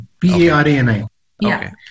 P-A-R-A-N-I